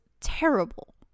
terrible